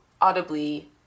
audibly